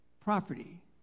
property